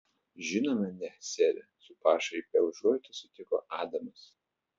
žinoma ne sere su pašaipia užuojauta sutiko adamas